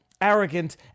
arrogant